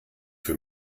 für